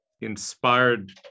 inspired